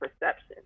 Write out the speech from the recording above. perception